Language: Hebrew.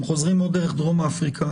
והנוסעים חוזרים בעיקר דרך דרום אפריקה